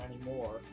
anymore